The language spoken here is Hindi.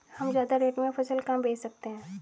हम ज्यादा रेट में फसल कहाँ बेच सकते हैं?